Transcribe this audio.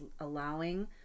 allowing